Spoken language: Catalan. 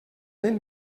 ben